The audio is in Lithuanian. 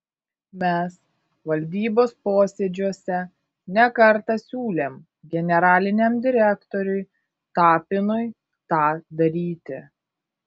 mes valdybos posėdžiuose ne kartą siūlėm generaliniam direktoriui tapinui tą daryti